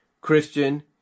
Christian